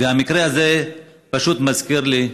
והמקרה הזה פשוט מזכיר לי,